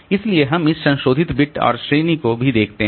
इसलिए हम इस संशोधित बिट और श्रेणी को भी देखते हैं